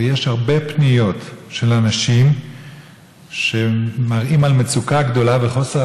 ויש הרבה פניות של אנשים שמראות מצוקה גדולה וחוסר